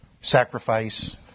sacrifice